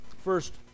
First